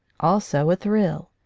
also a thrill.